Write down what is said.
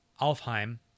Alfheim